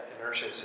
Inertia